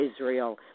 Israel